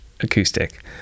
acoustic